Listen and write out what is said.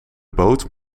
boot